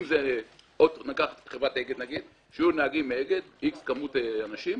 בסוף-בסוף, כשאתה בעלים של משאית אחת,